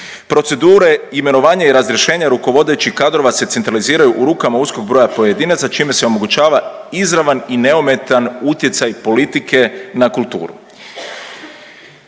procedure imenovanje i razrješenje rukovodećih kadrova se centraliziraju u rukama uskog broja pojedinaca čime se omogućava izravan i neometan utjecaj politike na kulturu.